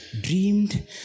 dreamed